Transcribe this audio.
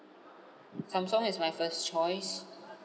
samsung is my first choice